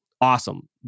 Awesome